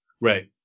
Right